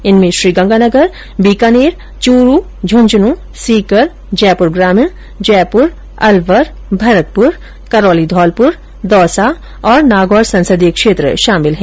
इनमें श्रीगंगानगर बीकानेर चुरू झ्रंझंन सीकर जयपुर ग्रामीण जयपुर अलवर भरतपुर करौली धौलपुर दौसा तथा नागौर संसदीय क्षेत्र शामिल हैं